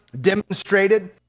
demonstrated